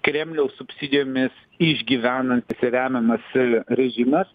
kremliaus subsidijomis išgyvenantis remiamas režimas